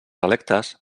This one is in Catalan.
electes